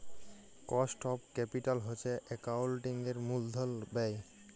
cost of capital হছে একাউল্টিংয়ের মূলধল ব্যায়